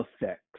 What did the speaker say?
effects